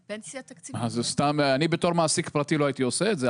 אני בתור מעסיק פרטי לא הייתי עושה את זה,